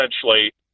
essentially